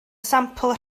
sampl